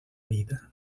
vida